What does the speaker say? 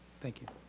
thank you.